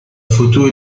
photo